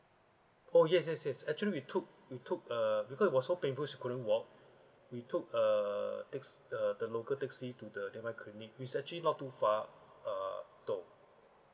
oh yes yes yes actually we took we took a because it was so painful she couldn't walk we took a taxi the the local taxi to the nearby clinic which actually not too far uh though